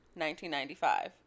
1995